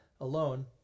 alone